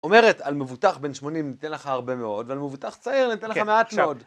אומרת על מבוטח בין 80 ניתן לך הרבה מאוד, ועל מבוטח צעיר ניתן לך מעט מאוד.